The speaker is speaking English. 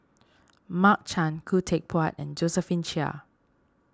Mark Chan Khoo Teck Puat Josephine Chia